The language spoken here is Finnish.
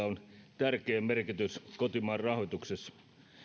on tärkeä merkitys kotimaan rahoituksessa